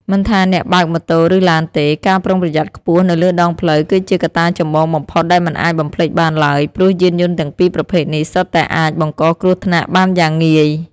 មិនថាអ្នកបើកម៉ូតូឬឡានទេ ការប្រុងប្រយ័ត្នខ្ពស់នៅលើដងផ្លូវគឺជាកត្តាចម្បងបំផុតដែលមិនអាចបំភ្លេចបានឡើយ ព្រោះយានយន្តទាំងពីរប្រភេទនេះសុទ្ធតែអាចបង្កគ្រោះថ្នាក់បានយ៉ាងងាយ។